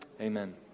Amen